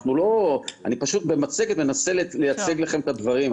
אני פשוט במצגת מנסה לייצג לכם את הדברים,